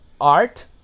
Art